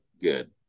good